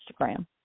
Instagram